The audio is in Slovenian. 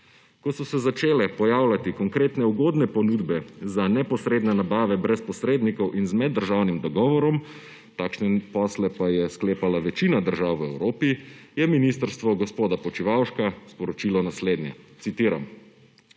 Ko so se začele pojavljati konkretne ugodne ponudbe za neposredne nabave brez posrednikov in z meddržavnim dogovorom, takšne posle pa je sklepala večina držav v Evropi, je ministrstvo gospoda Počivalška sporočilo naslednje, citiram: